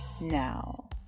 Now